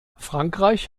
frankreich